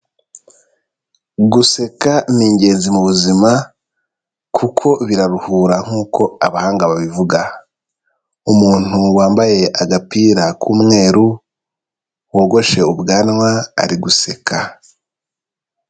Guseka ni ingenzi mu buzima kuko biraruhura nk'uko abahanga babivuga, umuntu wambaye agapira k'umweru, wogoshe ubwanwa ari guseka.